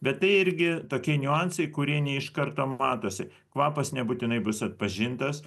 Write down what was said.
bet tai irgi tokie niuansai kurie ne iš karto matosi kvapas nebūtinai bus atpažintas